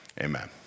Amen